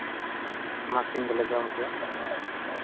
ᱢᱟᱜᱽ ᱥᱤᱢ ᱫᱚᱞᱮ ᱡᱚᱢ ᱠᱚᱣᱟ